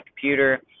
computer